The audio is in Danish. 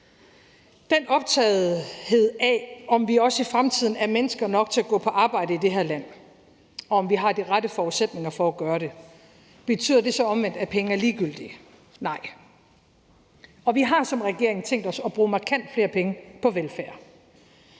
den optagethed af, om vi også i fremtiden er mennesker nok til at gå på arbejde i det her land, og om vi har de rette forudsætninger for at gøre det, så omvendt, at penge er ligegyldige? Nej. Og vi har som regering tænkt os at bruge markant flere penge på velfærd.